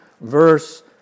verse